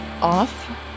off